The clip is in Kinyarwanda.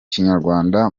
kinyarwanda